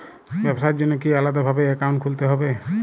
ব্যাবসার জন্য কি আলাদা ভাবে অ্যাকাউন্ট খুলতে হবে?